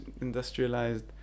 industrialized